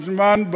מזמן,